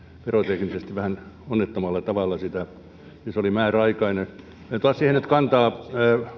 veroteknisesti vähän onnettomalla tavalla sitä ja se toimi oli määräaikainen en ota siihen nyt kantaa